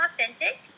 authentic